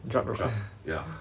drug